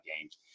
games